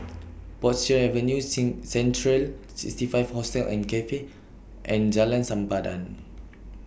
Portchester Avenue Sin Central sixty five Hostel and Cafe and Jalan Sempadan